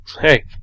hey